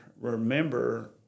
remember